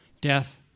death